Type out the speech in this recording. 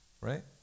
right